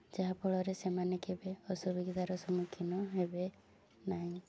ଯାହାଫଳରେ ସେମାନେ କେବେ ଅସୁବିଧାର ସମ୍ମୁଖୀନ ହେବେ ନାହିଁ